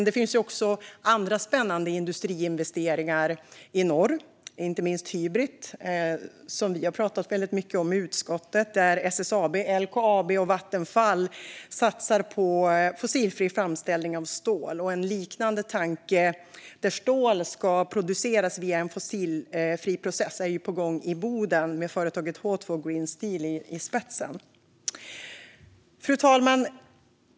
Det finns också andra spännande industriinvesteringar i norr, inte minst Hybrit, som vi har pratat väldigt mycket om i utskottet. Det är SSAB, LKAB och Vattenfall som satsar på fossilfri framställning av stål. En liknande tanke om att producera stål genom en fossilfri process är på gång i Boden, med företaget H2 Green Steel i spetsen. Fru talman!